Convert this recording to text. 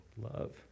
love